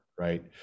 Right